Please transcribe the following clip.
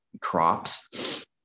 crops